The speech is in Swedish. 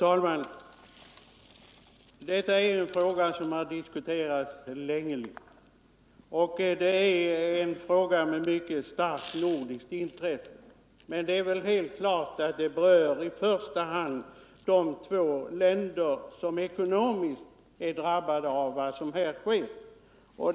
Fru talman! Denna fråga har diskuterats länge, och det är en fråga som har mycket starkt nordiskt intresse. Helt klart är också att den i första hand berör de två länder som är ekonomiskt berörda.